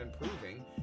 improving